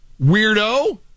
weirdo